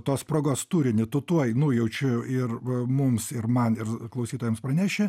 tos progos turinį tu tuoj nujaučiu ir mums ir man ir klausytojams praneši